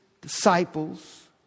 disciples